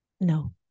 No